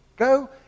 Go